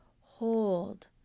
Hold